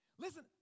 Listen